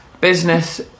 business